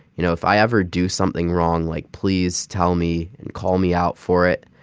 you know, if i ever do something wrong, like, please tell me and call me out for it.